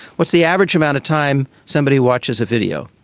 what's the average amount of time somebody watches a video?